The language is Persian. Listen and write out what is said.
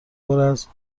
پراز